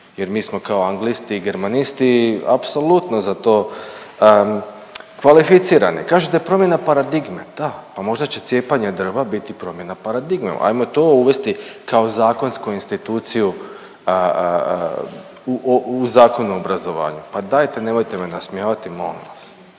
jer mi smo kao anglisti i germanisti apsolutno za to kvalificirani. Kažete promjena paradigme, da. Pa možda će cijepanje drva biti promjena paradigme, ajmo to uvesti kao zakonsku instituciju u Zakon o obrazovanju, pa dajte nemojte me nasmijavati molim vas.